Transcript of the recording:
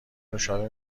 نوشابه